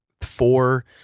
four